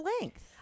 length